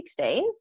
2016